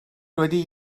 wedi